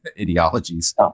ideologies